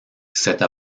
cette